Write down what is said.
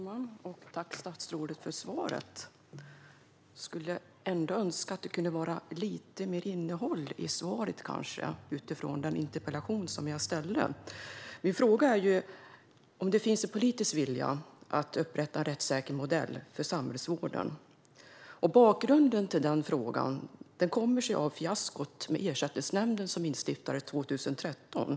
Herr talman! Jag tackar statsrådet för svaret. Jag skulle ändå kanske önska att det kunde vara lite mer innehåll i svaret utifrån den interpellation som jag ställde. Min fråga är ju om det finns en politisk vilja att upprätta en rättssäker modell för samhällsvården. Bakgrunden till den frågan kommer sig av fiaskot med Ersättningsnämnden, som instiftades 2013.